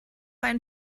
ein